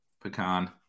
pecan